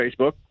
Facebook